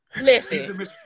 listen